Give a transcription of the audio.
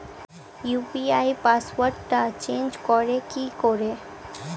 UPI পাসওয়ার্ডটা change করে কি করে?